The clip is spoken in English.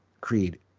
Creed